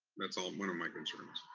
that's all, one of my concerns,